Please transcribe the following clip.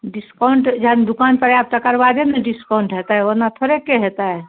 discount जहन दोकानपर आएब तकरबादे ने डिस्काउण्ट हेतै ओना थोड़ेके हेतै